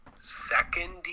second